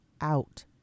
out